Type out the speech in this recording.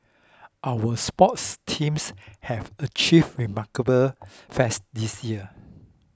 our sports teams have achieved remarkable this year